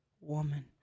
woman